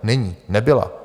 Není, nebyla.